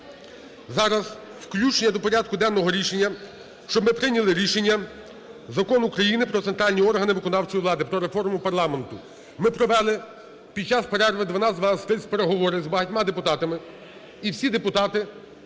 зараз, включення до порядку денного рішення, щоб ми прийняли рішення Закону України "Про центральні органи виконавчої влади", про реформу парламенту. Ми провели… під час перерви 12:30 переговори з багатьма депутатами, і всі депутати